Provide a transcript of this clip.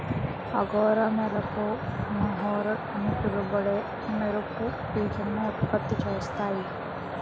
angora మేకలు mohair అని పిలువబడే మెరుపు పీచును ఉత్పత్తి చేస్తాయి